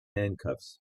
handcuffs